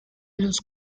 los